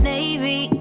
Navy